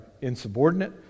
insubordinate